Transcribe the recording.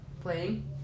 playing